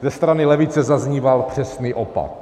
Ze strany levice zazníval přesný opak.